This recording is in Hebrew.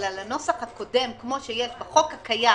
אבל על הנוסח הקודם, כפי שיש בחוק הקיים